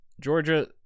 Georgia